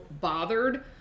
bothered